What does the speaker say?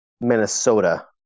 Minnesota